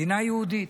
מדינה יהודית.